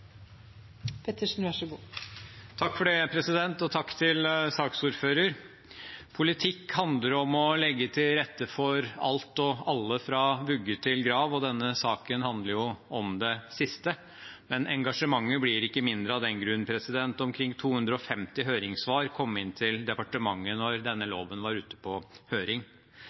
til saksordføreren. Politikk handler om å legge til rette for alt og alle, fra vugge til grav, og denne saken handler om det siste. Men engasjementet blir ikke mindre av den grunn. Omkring 250 høringssvar kom inn til departementet da denne loven var ute på høring.